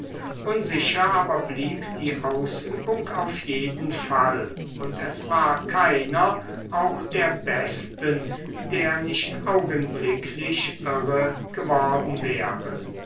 unsicher aber blieb die ausübung auf jeden fall und es war keiner auch der besten der nicht augenblicklich irre geworden wäre